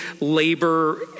labor